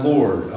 Lord